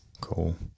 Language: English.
Cool